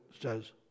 says